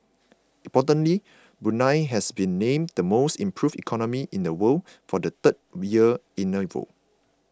importantly Brunei has been named the most improved economy in the world for the third year in a row